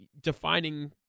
defining